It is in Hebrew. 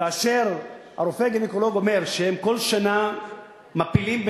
כאשר הרופא הגינקולוג אומר שהם כל שנה מפילים,